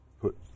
put